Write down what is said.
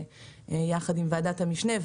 יחד עם ועדת המשנה,